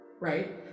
right